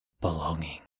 belonging